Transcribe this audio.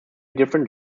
different